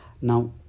Now